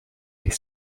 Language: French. est